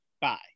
Bye